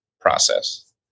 process